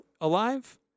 alive